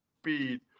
speed